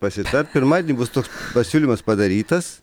pasitart pirmadienį bus toks pasiūlymas padarytas